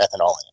ethanol